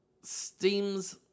Steam's